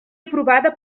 aprovada